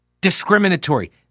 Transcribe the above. discriminatory